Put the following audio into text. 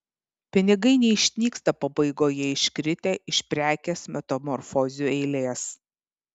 pinigai neišnyksta pabaigoje iškritę iš prekės metamorfozių eilės